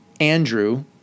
Andrew